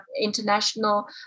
international